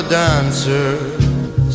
dancers